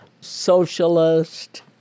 socialist